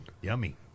Yummy